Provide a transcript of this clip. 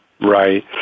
Right